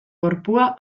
gorpua